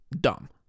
dumb